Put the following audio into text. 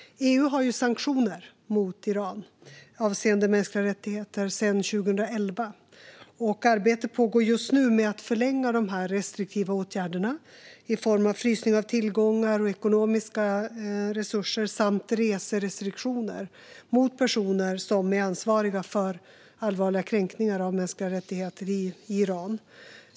EU har ju sanktioner mot Iran avseende mänskliga rättigheter sedan 2011. Arbete pågår just nu med att förlänga dessa restriktiva åtgärder i form av frysning av tillgångar och ekonomiska resurser samt reserestriktioner mot personer som är ansvariga för allvarliga kränkningar av mänskliga rättigheter i Iran.